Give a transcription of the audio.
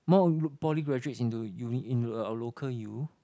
more poly graduates into uni into a local U